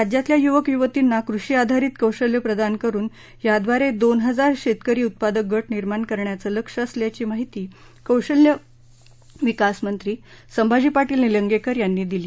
राज्यातल्या युवक युवतींना कृषी आधारित कौशल्य प्रदान करून याव्दार द्विन हजार शक्किरी उत्पादक गट निर्माण करण्याचं लक्ष्य असल्याची माहिती कौशल्य विकास मंत्री सभांजी पाटील निलंगळि यांनी दिली